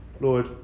Lord